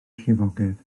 llifogydd